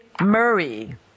Murray